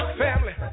family